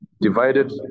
Divided